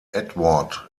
edward